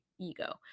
ego